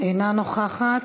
אינה נוכחת.